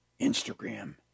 Instagram